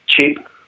cheap